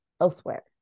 Elsewhere